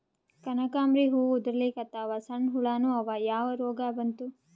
ಕನಕಾಂಬ್ರಿ ಹೂ ಉದ್ರಲಿಕತ್ತಾವ, ಸಣ್ಣ ಹುಳಾನೂ ಅವಾ, ಯಾ ರೋಗಾ ಬಂತು?